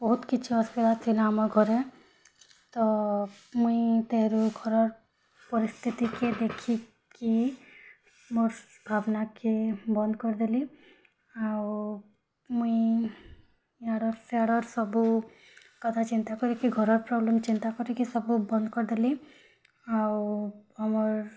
ବହୁତ୍ କିଛି ଅସୁବିଧା ଥିଲା ଆମ ଘରେ ତ ମୁଇଁ ତେହେରୁ ଘରର୍ ପରିସ୍ଥିତି କେ ଦେଖି କି ମୋର୍ ଭାବନା କେ ବନ୍ଦ୍ କରିଦେଲି ଆଉ ମୁଇଁ ୟାଡ଼ର୍ ସ୍ୟାଡ଼ର୍ ସବୁ କଥା ଚିନ୍ତାକରିକି ଘରର୍ ପ୍ରୋବ୍ଲେମ୍ ଚିନ୍ତା କରିକି ସବୁ ବନ୍ଦ୍ କରିଦେଲି ଆଉ ଆମର୍